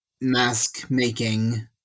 mask-making